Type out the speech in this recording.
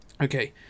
Okay